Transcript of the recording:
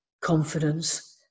confidence